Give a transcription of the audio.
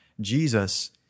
Jesus